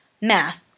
math